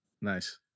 Nice